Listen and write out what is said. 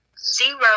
zero